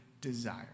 desire